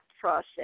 process